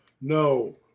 No